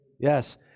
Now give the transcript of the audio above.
Yes